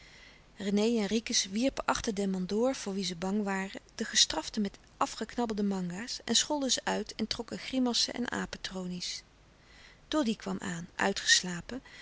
rené en ricus wierpen achter den mandoor voor wien ze bang waren de gestraften met afgeknabbelde manga's en scholden ze uit en trokken grimassen en apentronie's doddy kwam aan uitgeslapen